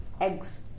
eggs